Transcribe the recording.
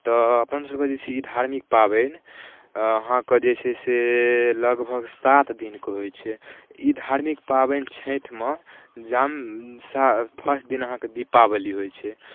तऽ अपन सभके जे छै ई धार्मिक पाबनि अहाँकए जे छै से लगभग सात दिनके होइ छै ई धार्मिक पाबनि छठिमए जा फर्स्ट दिन अहाँकेँ दीपावली होइ छै